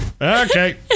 okay